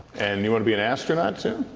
and you want to be an astronaut, too?